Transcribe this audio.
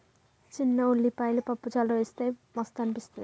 చిన్న ఉల్లిపాయలు పప్పు చారులో వేస్తె మస్తు అనిపిస్తది